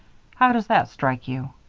how does that strike you?